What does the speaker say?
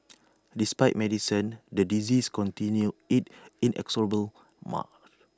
despite medicines the disease continued its inexorable March